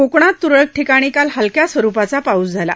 कोकणात तुरळक ठिकाणी काल हलक्या स्वरुपाचा पाऊस झाला